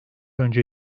önce